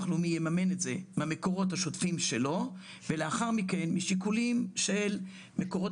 לאומי יממן את זה מהמקורות השוטפים שלו ולאחר מכן משיקולים של מקורות